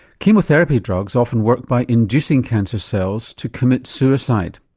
chemotherapy drugs often work by inducing cancer cells to commit suicide.